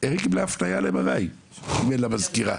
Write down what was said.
אם אין לה מזכירה.